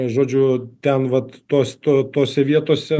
žodžiu ten vat tos to tose vietose